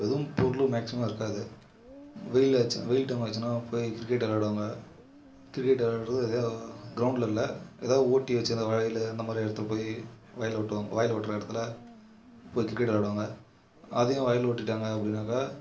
எதுவும் பொருள் மேக்ஸிமம் இருக்காது வெயில் ஆச்சா வெயில் டைம் ஆச்சுன்னா போய் கிரிக்கெட் விளாடுவாங்க கிரிக்கெட் விளாடுறது எதையா கிரவுண்டில் இல்லை எதா ஓட்டி வெச்ச அந்த வயல் அந்த மாதிரி இடத்துல போய் வயல் ஓட்டுவாங்க வயல் ஓட்டுற இடத்துல போய் கிரிக்கெட் விளாடுவாங்க அதையும் வயல் ஓட்டிட்டாங்க அப்படின்னாக்கா